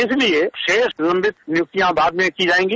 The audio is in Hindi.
इसलिये शेष लम्बित नियुक्तियां बाद में की जायेंगी